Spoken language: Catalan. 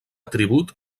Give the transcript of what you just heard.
tribut